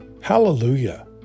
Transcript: Hallelujah